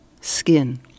skin